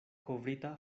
kovrita